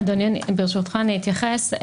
אדוני, ברשותך אני אתייחס.